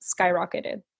skyrocketed